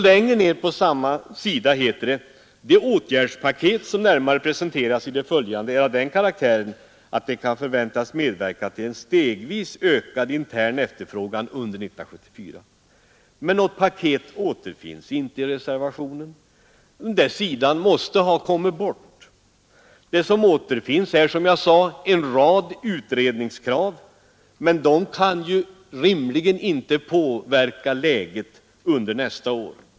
Längre ned på samma sida heter det: ”Det åtgärdspaket som närmare presenteras i det följande är av den karaktären, att det kan förväntas medverka till en stegvis ökad intern efterfrågan under 1974 ——-—.” Men något paket återfinns inte i reservationen. Den sidan måtte ha kommit bort! Det som återfinns är en rad utredningskrav. Men de kan ju inte rimligen påverka läget nästa år.